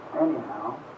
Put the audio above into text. anyhow